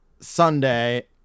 Sunday